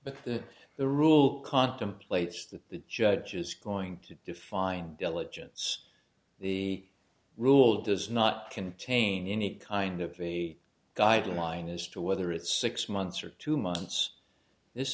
but that the rule contemplates that the judge is going to define diligence the rule does not contain any kind of a guideline as to whether it's six months or two months this